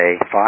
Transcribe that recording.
five